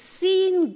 seen